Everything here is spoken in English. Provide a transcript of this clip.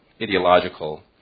ideological